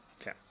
Okay